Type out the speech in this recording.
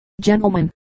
gentlemen